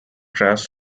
trash